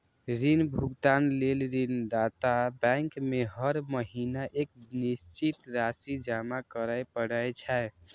ऋण भुगतान लेल ऋणदाता बैंक में हर महीना एक निश्चित राशि जमा करय पड़ै छै